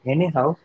Anyhow